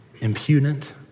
impudent